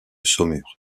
saumure